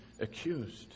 accused